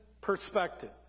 perspective